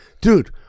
Dude